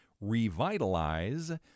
revitalize